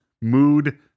Mood